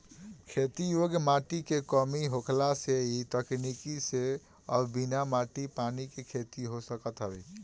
खेती योग्य माटी के कमी होखला से इ तकनीकी से अब बिना माटी पानी के खेती हो सकत हवे